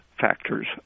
factors